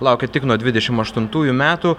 laukia tik nuo dvidešim aštuntųjų metų